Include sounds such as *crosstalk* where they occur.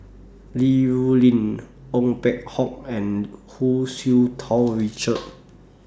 Li Rulin Ong Peng Hock and Hu Tsu Tau *noise* Richard